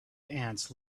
ants